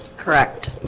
correct.